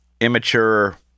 immature